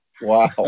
Wow